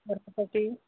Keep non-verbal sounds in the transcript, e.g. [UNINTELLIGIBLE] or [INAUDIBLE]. [UNINTELLIGIBLE] साठी